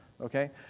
okay